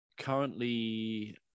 currently